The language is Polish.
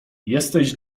jesteś